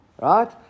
Right